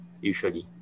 usually